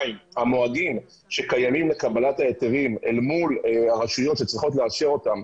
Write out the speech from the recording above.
המועדים שקיימים לקבלת ההיתרים אל מול הרשויות שצריכות לאשר אותם,